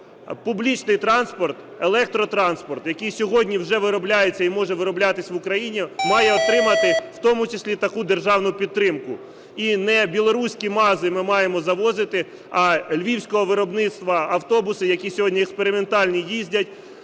транспорт, електротранспорт, який сьогодні вже виробляється і може вироблятися в Україні, має отримати в тому числі таку державну підтримку. І не білоруські МАЗи ми маємо завозити, а львівського виробництва автобуси, які сьогодні експериментальні їздять